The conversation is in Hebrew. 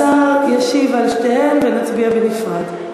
השר ישיב על שתיהן ונצביע בנפרד.